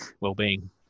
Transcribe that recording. well-being